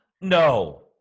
No